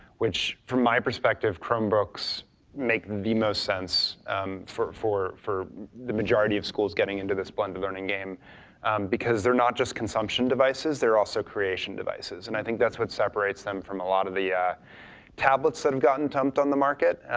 which from my perspective, chromebooks make the most sense for for the majority of schools getting into this blended learning game because they're not just consumption devices, they are also creation devices, and i think that's what separates them from a lot of the yeah tablets that have gotten dumped on the market.